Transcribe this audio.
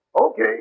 Okay